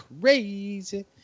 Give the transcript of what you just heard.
crazy